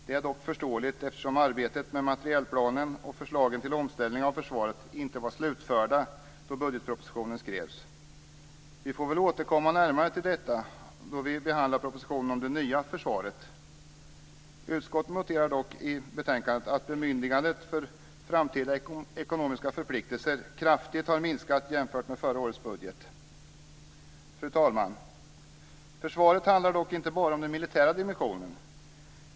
Det är dock förståeligt eftersom arbetet med materielplanen och förslagen till omställning av försvaret inte var slutförda när budgetpropositionen skrevs. Vi får väl återkomma närmare till detta då vi behandlar propositionen om det nya försvaret. Utskottet noterar dock i betänkandet att bemyndigandet för framtida ekonomiska förpliktelser kraftigt har minskat jämfört med förra årets budget. Fru talman! Försvaret handlar dock inte bara om den militära dimensionen.